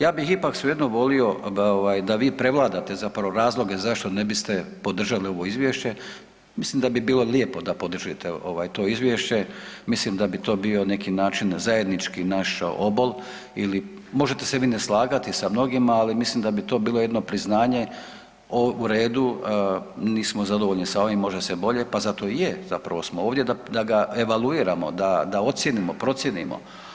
Ja bih ipak svejedno volio ovaj da vi prevladate zapravo razloge zašto ne biste podržali ovo izvješće, mislim da bi bilo lijepo da podržite ovaj to izvješće, mislim da bi to bio na neki način, zajednički naš obol ili možete se vi ne slagati sa mnogima, ali mislim da bi to bilo jedno priznanje u redu nismo zadovoljni s ovim, može se bolje, pa zato i je zapravo smo ovdje da ga evaluiramo, da ocijenimo, procijenimo.